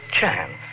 chance